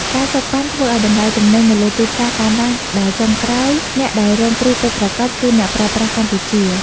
ការសូកប៉ាន់ ធ្វើឱ្យតម្លៃទំនិញនៅលើទីផ្សារកើនឡើង ដែលចុងក្រោយអ្នកដែលរងគ្រោះពិតប្រាកដគឺអ្នកប្រើប្រាស់កម្ពុជា។